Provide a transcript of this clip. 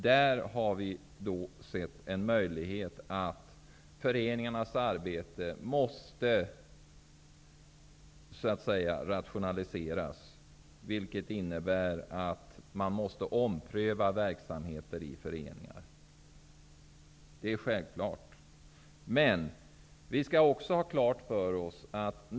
Vi anser då att en möjlighet är att rationalisera föreningarnas arbete, vilket innebär att verksamheter i föreningar måste omprövas. Det är självklart.